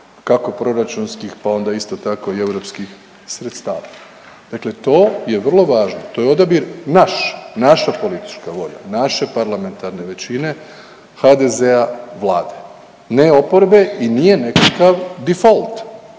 kako proračunskih pa onda tako i europskih sredstava. Dakle, to je vrlo važno, to je odabir naš, naša politička volja, naše parlamentarne većine HDZ-a, vlade, ne oporbe i nije nekakav difolt.